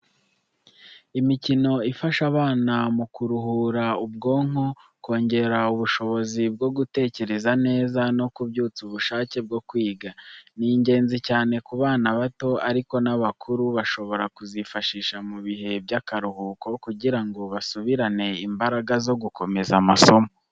Imikino ifasha abana mu kuruhura ubwonko, kongera ubushobozi bwo gutekereza neza, no kubyutsa ubushake bwo kwiga. Ni ingenzi cyane ku bana bato, ariko n’abakuru bashobora kuzifashisha mu bihe by’akaruhuko kugira ngo basubirane imbaraga zo gukomeza amasomo.